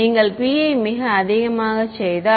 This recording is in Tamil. நீங்கள் p ஐ மிக அதிகமாக செய்தால்